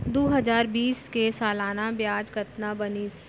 दू हजार बीस के सालाना ब्याज कतना बनिस?